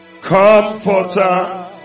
Comforter